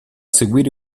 seguire